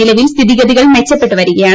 നിലവിൽ സ്ഥിതിഗതികൾ മെച്ചപ്പെട്ടു വരികയാണ്